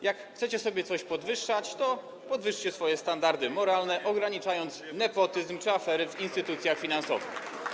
Jak chcecie sobie coś podwyższać, to podwyższcie swoje standardy moralne, ograniczając nepotyzm czy afery w instytucjach finansowych.